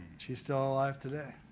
she's still alive today.